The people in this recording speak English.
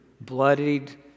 bloodied